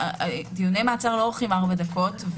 דיוני מעצר לא אורכים ארבע דקות.